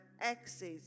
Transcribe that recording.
access